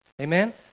Amen